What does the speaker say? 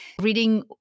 Reading